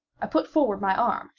i put forward my arm,